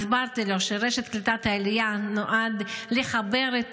והסברתי לו שרשת קליטת העלייה נועד לחבר את